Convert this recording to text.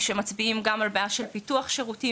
שמצביעים גם על בעיה של פיתוח שירותים